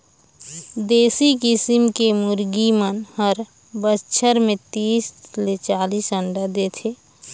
देसी किसम के मुरगी मन हर बच्छर में तीस ले चालीस अंडा देथे